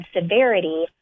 severity